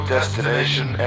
Destination